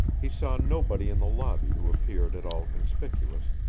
he saw nobody in the lobby who appeared at all conspicuous,